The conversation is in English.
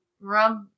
rub